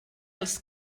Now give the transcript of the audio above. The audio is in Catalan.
els